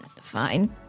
fine